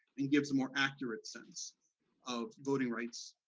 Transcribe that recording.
and gives a more accurate sense of voting rights,